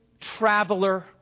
traveler